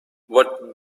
what